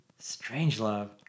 Strangelove